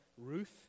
Ruth